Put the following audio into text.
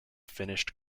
finished